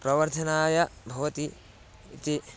प्रवर्धनाय भवति इति